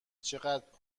چقدر